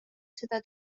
seda